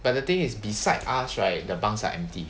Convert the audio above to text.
but the thing is beside us right the bunks are empty